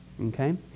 okay